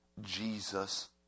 jesus